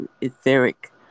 etheric